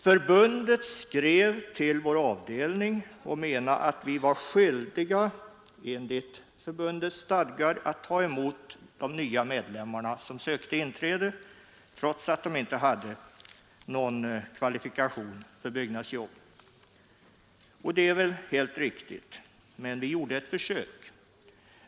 Förbundet skrev till vår avdelning och menade att vi enligt förbundets stadgar var skyldiga att ta emot de båda som sökte inträde som nya medlemmar trots att de inte hade någon kvalifikation för byggnadsarbete. Det är väl helt riktigt, men vi gjorde alltså ett försök.